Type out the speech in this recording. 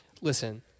Listen